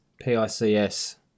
P-I-C-S